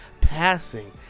passing